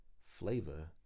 Flavor